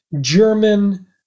German